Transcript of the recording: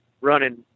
running